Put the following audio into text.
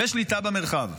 ושליטה במרחב.